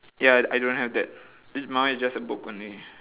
ya I I don't have that my one is just a book only